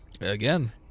again